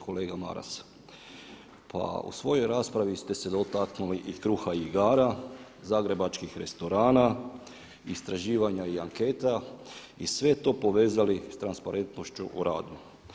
Kolega Maras, pa u svojoj raspravi ste se dotaknuli i kruha i igara, zagrebačkih restorana, istraživanja i anketa i sve to povezali sa transparentnošću u radu.